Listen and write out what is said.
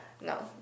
no